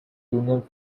union